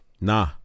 Nah